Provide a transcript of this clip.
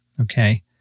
Okay